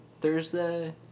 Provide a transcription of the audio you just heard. Thursday